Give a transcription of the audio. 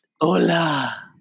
Hola